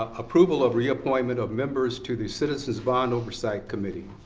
ah approval of reappointment of members to the citizens bond oversight committee.